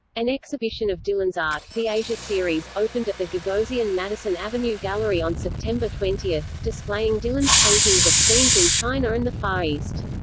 an exhibition of dylan's art, the asia series, opened at the gagosian madison avenue gallery on september twenty, displaying dylan's paintings of scenes in china and the far east.